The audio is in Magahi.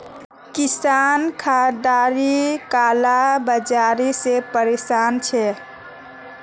किसान खादेर काला बाजारी से परेशान छे